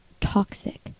toxic